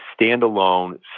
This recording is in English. standalone